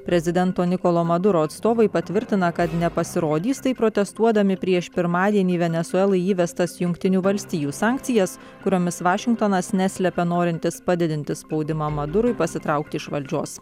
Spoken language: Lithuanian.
prezidento nikolo maduro atstovai patvirtina kad nepasirodys taip protestuodami prieš pirmadienį venesueloje įvestas jungtinių valstijų sankcijas kuriomis vašingtonas neslepia norintis padidinti spaudimą mundurui pasitraukti iš valdžios